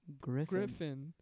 Griffin